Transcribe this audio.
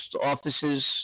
offices